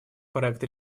проект